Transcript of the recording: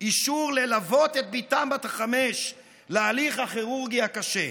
אישור ללוות את בתם בת החמש להליך הכירורגי הקשה,